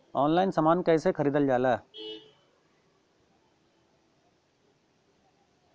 Online समान कैसे खरीदल जाला?